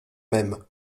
même